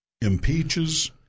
impeaches